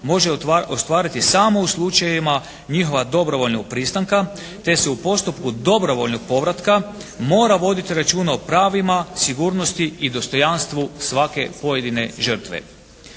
može ostvariti samo u slučajevima njihova dobrovoljnog pristanka te su u postupku dobrovoljnog povratka mora voditi računa o pravima, sigurnosti i dostojanstvu svake pojedine žrtve.